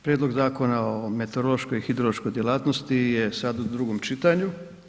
Prijedlog zakona o meteorološkoj i hidrološkoj djelatnosti je sad u drugom čitanju.